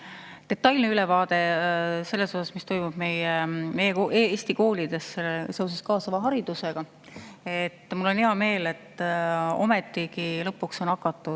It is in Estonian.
detailne ülevaade sellest, mis toimub meie, Eesti koolides seoses kaasava haridusega. Mul on hea meel, et ometigi lõpuks on hakatud